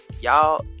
Y'all